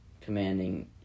commanding